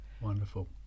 Wonderful